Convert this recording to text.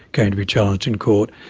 going to be challenged in court.